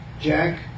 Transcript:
Jack